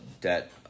debt